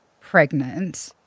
pregnant